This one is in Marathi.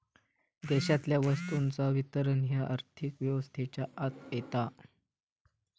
देशातल्या वस्तूंचा वितरण ह्या आर्थिक व्यवस्थेच्या आत येता